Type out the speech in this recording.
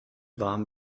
warm